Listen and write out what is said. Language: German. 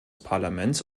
parlaments